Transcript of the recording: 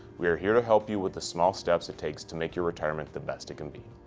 we are here to help you with the small steps it takes to make your retirement the best it can be.